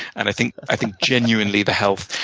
and i think i think genuinely the health,